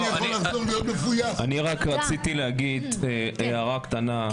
אני רק רציתי להגיד הערה קטנה.